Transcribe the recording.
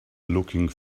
looking